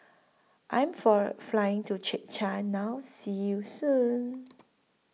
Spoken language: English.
I Am For Flying to Czechia now See YOU Soon